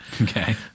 Okay